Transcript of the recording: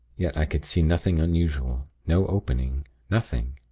yet, i could see nothing unusual no opening nothing.